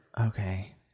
Okay